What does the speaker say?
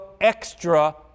extra